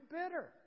bitter